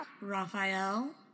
Raphael